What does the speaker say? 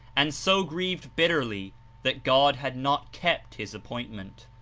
and so grieved bitterly that god had not kept his appoint ment.